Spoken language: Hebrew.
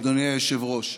אדוני היושב-ראש,